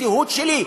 הזהות שלי.